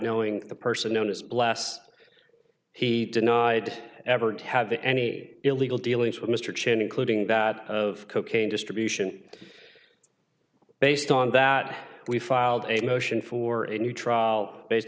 knowing the person known as last he denied ever to have any illegal dealings with mr chen including that of cocaine distribution based on that we filed a motion for a new trial based